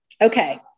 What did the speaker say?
okay